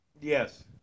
Yes